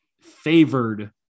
favored